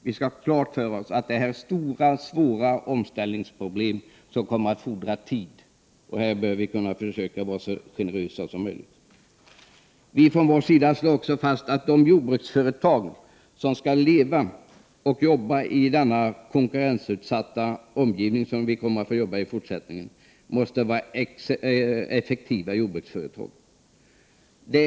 Vi skall ha klart för oss att detta är stora och svåra omställningsproblem som kommer att fordra tid, och vi bör försöka vara så generösa som möjligt. Från moderat sida slår vi fast att de jordbruksföretag som skall leva och verka i denna framtida konkurrensutsat — Prot. 1988/89:127 ta omgivning måste vara effektiva.